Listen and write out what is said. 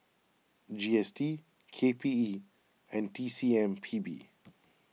G S T K P E and T C M P B